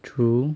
true